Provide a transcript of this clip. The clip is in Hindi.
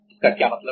इसका क्या मतलब है